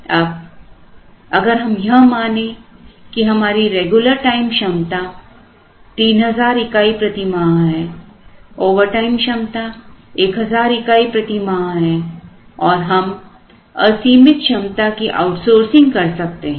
अब अगर हम यह मानें कि हमारी रेगुलर टाइम क्षमता 3000 इकाई प्रति माह है ओवरटाइम क्षमता 1000 इकाई प्रतिमाह है और हम असीमित क्षमता की आउटसोर्सिंग कर सकते हैं